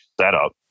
setup